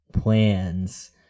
plans